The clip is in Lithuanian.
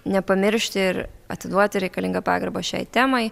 nepamiršti ir atiduoti reikalingą pagarbą šiai temai